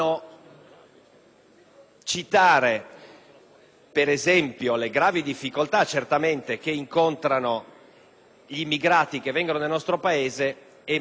citare per esempio le gravi difficoltà che incontrano gli immigrati che vengono nel nostro Paese e magari ignorare